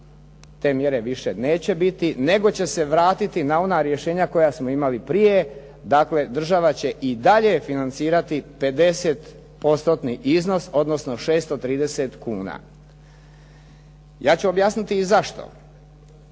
te mjere više neće biti, nego će se vratiti na ona rješenja koja smo imali prije, dakle država će i dalje financirati 50%-tni iznos, odnosno 630 kuna. Ja ću objasniti i zašto.